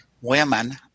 women